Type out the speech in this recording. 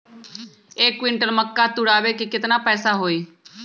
एक क्विंटल मक्का तुरावे के केतना पैसा होई?